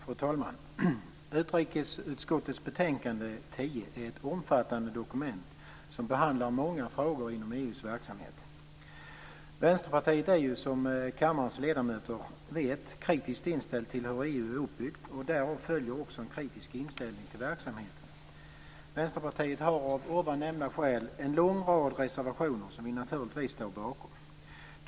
Fru talman! Utrikesutskottets betänkande nr 10 är ett omfattande dokument som behandlar många frågor inom EU:s verksamhet. Vänsterpartiet är ju, som kammarens ledamöter vet, kritiskt inställt till hur EU är uppbyggt, och därav följer också en kritisk inställning till verksamheten. Vänsterpartiet har av ovan nämnda skäl en lång rad reservationer som vi naturligtvis står bakom.